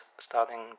starting